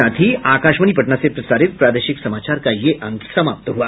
इसके साथ ही आकाशवाणी पटना से प्रसारित प्रादेशिक समाचार का ये अंक समाप्त हुआ